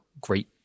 great